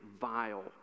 vile